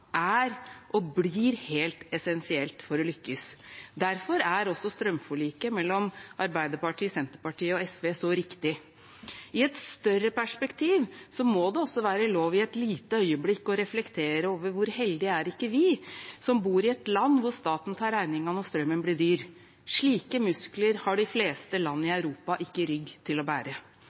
er og blir helt essensielt for å lykkes. Derfor er også strømforliket mellom Arbeiderpartiet, Senterpartiet og SV så riktig. I et større perspektiv må det også være lov i et lite øyeblikk å reflektere over: Hvor heldige er ikke vi, som bor i et land hvor staten tar regningen når strømmen blir dyr? Slike muskler har ikke de fleste land i Europa – og heller ikke rygg til å bære